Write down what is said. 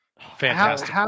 Fantastic